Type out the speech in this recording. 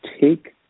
take